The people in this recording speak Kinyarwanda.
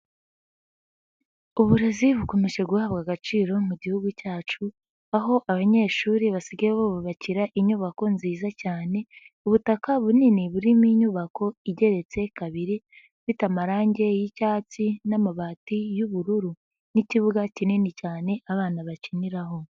Uburezi bukomeje guhabwa agaciro mu mu gihugu cyacu, aho abanyeshuri basigaye babubakira inyubako nziza cyane, ubutaka bunini burimo inyubako igeretse kabiri, ifite amarangi yi'cyatsi n'amabati y'ubururu n'ikibuga kinini cyane abana bakiniraho.